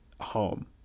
home